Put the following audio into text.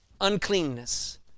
uncleanness